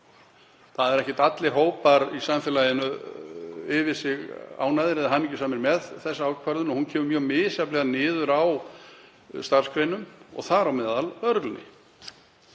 Það eru ekki allir hópar í samfélaginu yfir sig ánægðir eða hamingjusamir með þá ákvörðun og hún kemur mjög misjafnlega niður á starfsgreinum, þar á meðal lögreglunni.